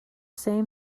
same